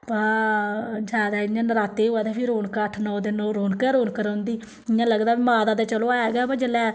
ब जादै इ'यां नराते होऐ ते फ्ही रौनक अट्ठ नौ दिन ओह् रौनक गै रौनक रौंह्दी इ'यां लगदा माता ते चलो है गै ब जेल्लै